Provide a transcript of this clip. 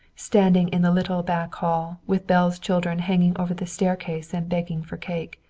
standing in the little back hall, with belle's children hanging over the staircase and begging for cake.